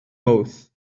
mawrth